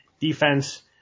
defense